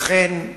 לכן,